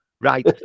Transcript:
Right